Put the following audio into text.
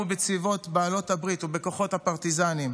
בצבאות בעלות הברית ובכוחות הפרטיזנים,